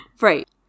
Right